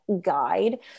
guide